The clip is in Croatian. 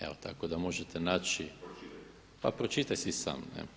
Evo tako da možete naći, pa pročitaj si sam.